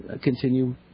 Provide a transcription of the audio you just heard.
continue